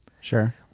Sure